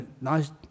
nice